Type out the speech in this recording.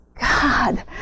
God